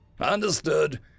Understood